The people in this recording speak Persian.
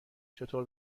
چطور